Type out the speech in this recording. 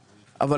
כן, אשראי נמוך.